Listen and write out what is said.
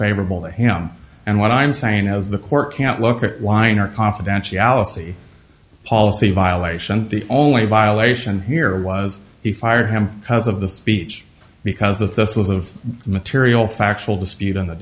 favorable to him and what i'm saying is the court can't look at weiner confidentiality policy violation the only violation here was he fired him because of the speech because that this was of material factual dispute in the